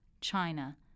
China